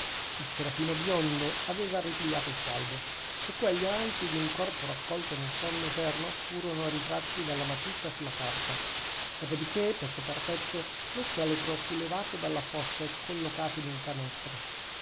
il serafino biondo aveva ripigliato il suo albo e quegli avanzi d'un corpo raccolto nel sonno eterno furono ritratti dalla matita sulla carta dopo di che pezzo per pezzo lo scheletro fu levato dalla fossa e collocato in un canestro